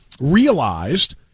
realized